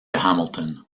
hamilton